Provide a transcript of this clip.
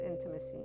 intimacy